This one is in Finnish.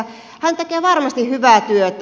hän tekee varmasti hyvää työtä